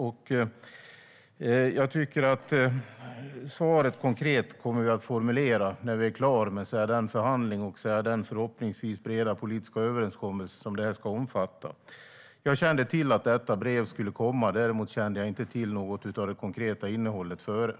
Det konkreta svaret kommer vi att formulera när vi är klara med den förhandling och förhoppningsvis den breda politiska överenskommelse som detta ska omfatta. Jag kände till att detta brev skulle komma. Däremot kände jag inte till något av det konkreta innehållet i förväg.